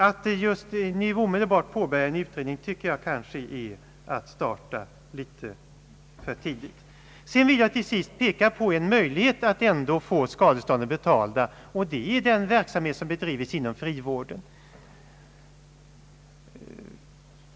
Att omedelbart påbörja en utredning därom är kanske ändå att starta litet för tidigt. Så vill jag peka på en möjlighet att få skadestånden betalda, nämligen genom den verksamhet som bedrives inom frivården.